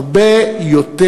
הרבה יותר